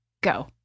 Go